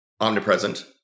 omnipresent